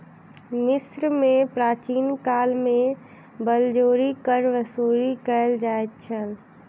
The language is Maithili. मिस्र में प्राचीन काल में बलजोरी कर वसूली कयल जाइत छल